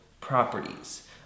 properties